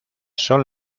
son